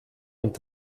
ont